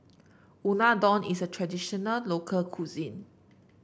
unadon is a traditional local cuisine